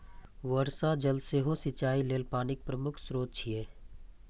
वर्षा जल सेहो सिंचाइ लेल पानिक प्रमुख स्रोत छियै